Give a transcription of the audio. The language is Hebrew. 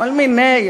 כל מיני.